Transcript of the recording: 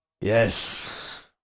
Yes